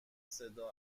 صدا